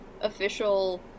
official